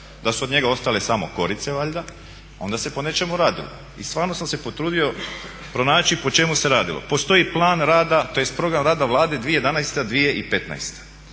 da su od njega ostale samo korice valjda, onda se po nečemu radilo. I stvarno sam se potrudio pronaći po čemu se radilo. Postoji plan rada, tj. program rada Vlade 2011./2015.